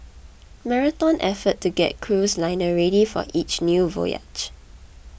marathon effort to get cruise liner ready for each new voyage